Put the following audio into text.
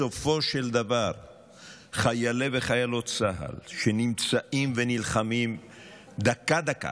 בסופו של דבר חיילי וחיילות צה"ל שנמצאים ונלחמים דקה-דקה,